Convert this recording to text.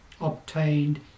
obtained